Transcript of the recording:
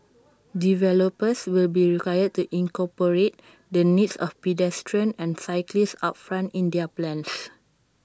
developers will be required to incorporate the needs of pedestrians and cyclists upfront in their plans